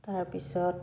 তাৰপিছত